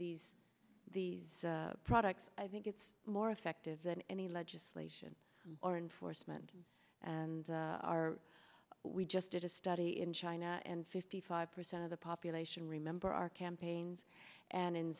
these these products i think it's more effective than any legislation or enforcement and are we just did a study in china and fifty five percent of the population remember our campaigns and in